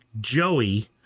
Joey